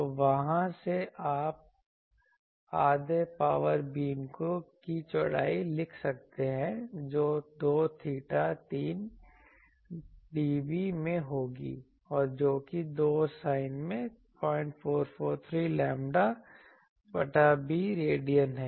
तो वहाँ से आप अब आधे पावर बीम की चौड़ाई लिख सकते हैं जो 2 theta तीन dB में होगी और जो कि 2 sin में 0443 लैम्ब्डा बटा b रेडियन है